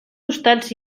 costats